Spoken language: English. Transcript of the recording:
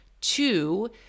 Two